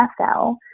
NFL